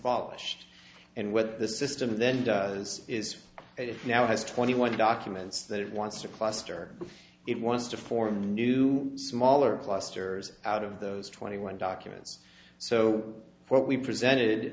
bolished and with the system then does is it now has twenty one documents that it wants to cluster it wants to form new smaller clusters out of those twenty one documents so what we presented